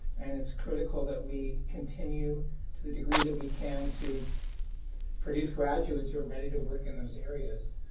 and it's critical that we continue to the degree that we can to produce graduates who are ready to work in those areas.